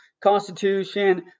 constitution